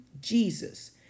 Jesus